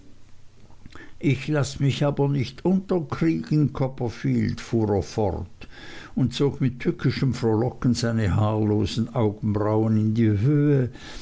ich laß mich aber nicht unterkriegen copperfield fuhr er fort und zog mit tückischem frohlocken seine haarlosen augenbrauen in die höhe